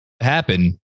happen